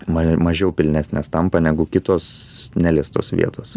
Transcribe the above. ma mažiau pilnesnės tampa negu kitos neliestos vietos